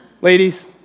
ladies